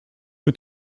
mit